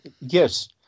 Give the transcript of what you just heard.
Yes